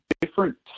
different